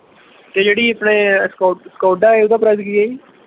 ਅਤੇ ਜਿਹੜੀ ਆਪਣੇ ਸਕੌਡਾ ਹੈ ਉਹਦਾ ਪਰਾਇਜ਼ ਕੀ ਹੈ ਜੀ